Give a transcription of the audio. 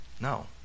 No